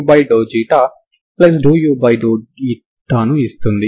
అదే విధంగా మీరు ఇంకొక ప్రారంభ షరతు u1tx0 ను కలిగి ఉన్నారు